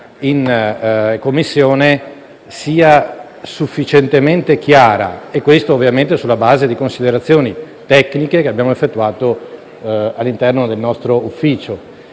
in Commissione sia sufficientemente chiara, e questo ovviamente sulla base di considerazioni tecniche che abbiamo effettuato all'interno del nostro ufficio.